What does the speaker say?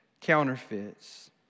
counterfeits